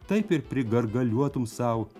taip ir prigargaliuotum sau